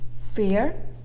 Fear